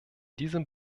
diesem